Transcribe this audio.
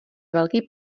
velký